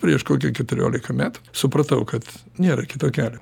prieš kokių keturiolika metų supratau kad nėra kito kelio